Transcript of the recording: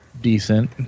decent